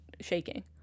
shaking